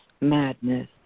madness